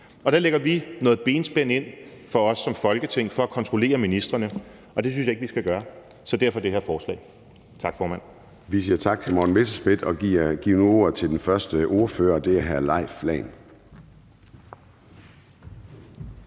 Der lægger vi et benspænd ind for os som Folketing for at kontrollere ministrene, og det synes jeg ikke vi skal gøre, så derfor det her forslag. Tak, formand. Kl. 10:03 Formanden (Søren Gade): Vi siger tak til hr. Morten Messerschmidt og giver nu ordet til den første ordfører. Det er hr. Leif Lahn